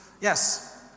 Yes